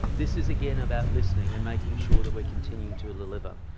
this is again about listening and making sure that we're continuing to deliver.